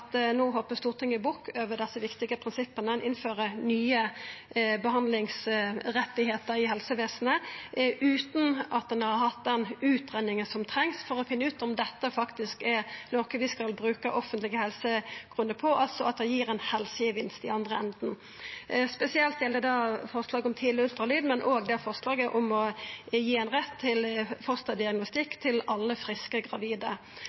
Stortinget hoppar bukk over desse viktige prinsippa. Ein innfører nye behandlingsrettar i helsevesenet utan at ein har hatt den utgreiinga som trengst for å finna ut om dette faktisk er noko vi skal bruka offentlege helsekroner på, altså at det gir ein helsegevinst i den andre enden. Spesielt gjeld det forslaget om tidleg ultralyd, men òg forslaget om å gi ein rett til fosterdiagnostikk til alle friske gravide.